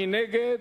מי נגד?